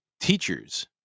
teachers